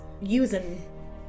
using